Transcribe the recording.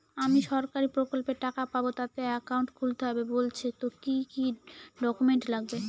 আমি সরকারি প্রকল্পের টাকা পাবো তাতে একাউন্ট খুলতে হবে বলছে তো কি কী ডকুমেন্ট লাগবে?